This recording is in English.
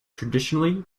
traditionally